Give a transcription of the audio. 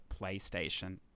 playstation